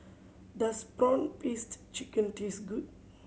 does prawn paste chicken taste good